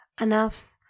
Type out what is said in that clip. enough